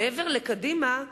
מעבר לקדימה,